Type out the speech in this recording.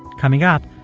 coming up,